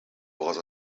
was